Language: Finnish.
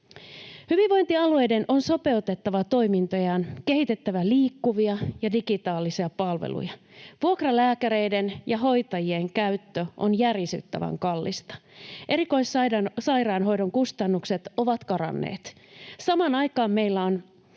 Hyvinvointialueiden on sopeutettava toimintojaan, kehitettävä liikkuvia ja digitaalisia palveluja. Vuokralääkäreiden ja -hoitajien käyttö on järisyttävän kallista. Erikoissairaanhoidon kustannukset ovat karanneet. Samaan aikaan meillä on